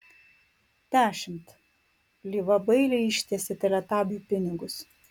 dešimt lyva bailiai ištiesė teletabiui pinigus